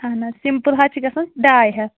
اہَن حظ سِمپٕل حظ چھِ گژھان ڈاے ہَتھ